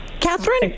Catherine